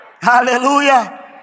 Hallelujah